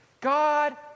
God